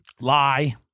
Lie